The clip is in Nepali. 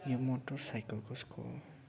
यो मोटरसाइकल कसको हो